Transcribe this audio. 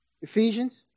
Ephesians